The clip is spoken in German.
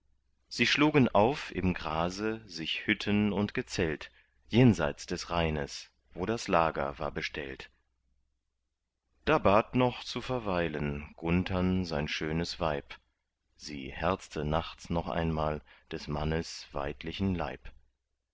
sie schlugen auf im grase sich hütten und gezelt jenseits des rheines wo das lager war bestellt da bat noch zu verweilen gunthern sein schönes weib sie herzte nachts noch einmal des mannes weidlichen leib